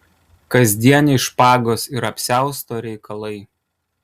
kasdieniniai špagos ir apsiausto reikalai